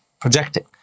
projecting